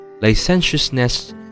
licentiousness